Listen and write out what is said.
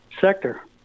sector